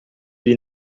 ele